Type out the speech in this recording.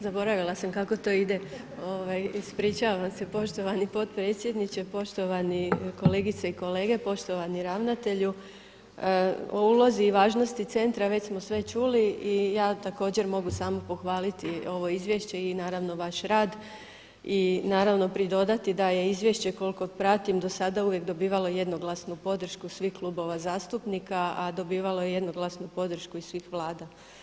Zaboravila sam kako to ide, ispričavam se poštovani potpredsjedniče, poštovani kolegice i kolege, poštovani ravnatelju o ulozi i važnosti centra već smo sve čuli i ja također mogu samo pohvaliti ovo izvješće i naravno vaš rad i naravno pridodati da je izvješće koliko pratim dosada uvijek dobivalo jednoglasnu podršku svih klubova zastupnika a dobivalo je jednoglasnu podršku i svih Vlada.